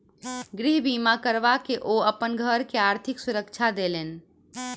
गृह बीमा करबा के ओ अपन घर के आर्थिक सुरक्षा देलैन